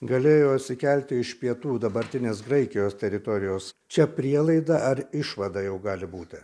galėjo išsikelti iš pietų dabartinės graikijos teritorijos čia prielaida ar išvada jau gali būti